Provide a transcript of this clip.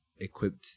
equipped